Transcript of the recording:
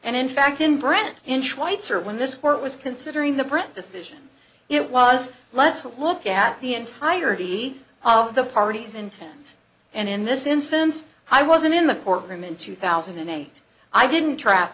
and in fact in brant inch whites or when this court was considering the print decision it was let's look at the entirety of the party's intent and in this instance i wasn't in the courtroom in two thousand and eight i didn't trap